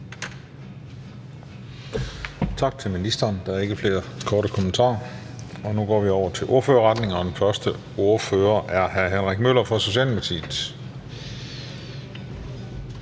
Tak til ministeren. Der er ikke flere korte bemærkninger. Nu går vi over til ordførerrækken, og den første ordfører er hr. Henrik Møller fra Socialdemokratiet.